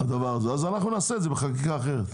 אז אנחנו נעשה את זה בחקיקה אחרת.